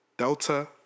Delta